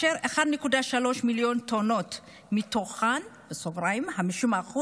ו-1.3 מיליון טונות מתוכן, 50%,